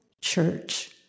church